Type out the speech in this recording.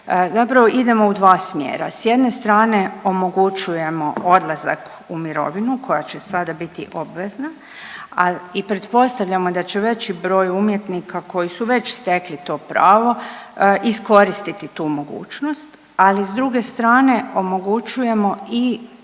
zapravo idemo u dva smjera, s jedne strane omogućujemo odlazak u mirovinu koja će sada biti obvezna i pretpostavljamo da će veći broj umjetnika koji su već stekli to pravo iskoristiti tu mogućnost, ali s druge strane omogućujemo i